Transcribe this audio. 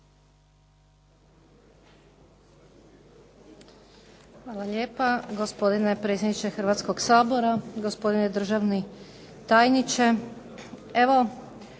Hvala lijepa. Gospodine predsjedniče Hrvatskoga sabora, gospodine državni tajniče. Evo